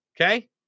okay